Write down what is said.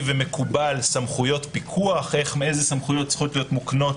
ומקובל אילו סמכויות פיקוח צריכות להיות מוקנות